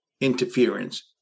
Interference